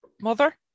Mother